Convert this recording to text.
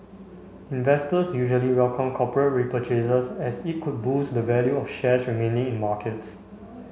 investors usually welcome corporate repurchases as it could boost the value of shares remaining in markets